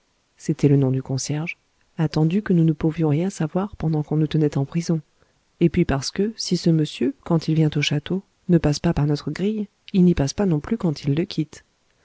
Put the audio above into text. c'était le nom du concierge attendu que nous ne pouvions rien savoir pendant qu'on nous tenait en prison et puis parce que si ce monsieur quand il vient au château ne passe pas par notre grille il n'y passe pas non plus quand il le quitte